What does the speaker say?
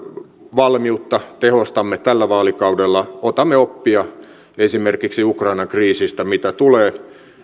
valmiutta tehostamme tällä vaalikaudella otamme oppia esimerkiksi ukrainan kriisistä mitä tulee